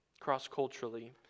cross-culturally